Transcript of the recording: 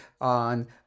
on